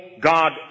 God